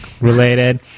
related